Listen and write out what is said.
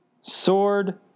Sword